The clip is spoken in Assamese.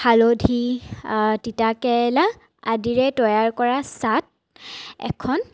হালধি তিতাকেৰেলা আদিৰে তৈয়াৰ কৰা চাট এখন